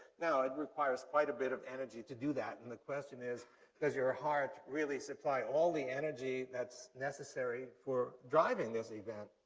now it requires quite a bit of energy to do that, and the question is does your heart really supply all the energy that's necessary for driving this event?